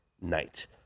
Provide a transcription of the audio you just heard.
night